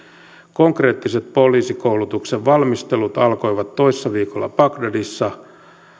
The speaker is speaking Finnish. konkreettiset poliisikoulutuksen valmistelut alkoivat toissa viikolla bagdadissa